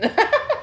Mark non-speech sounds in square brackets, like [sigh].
[laughs]